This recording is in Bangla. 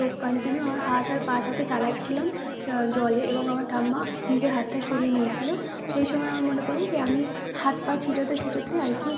তো কান্টিনিউ আমার হাত আর পাটাকে চালাচ্ছিলাম জলে এবং আমার ঠাম্মা নিজের হাতটা সরিয়ে নিয়েছিল সেই সময় আমার মনে পড়ে যে আমি হাত পা ছিটোতে ছিটোতে আর কি